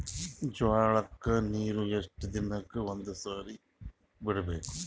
ಜೋಳ ಕ್ಕನೀರು ಎಷ್ಟ್ ದಿನಕ್ಕ ಒಂದ್ಸರಿ ಬಿಡಬೇಕು?